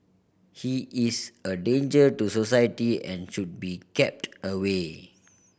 he is a danger to society and should be kept away